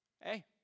Hey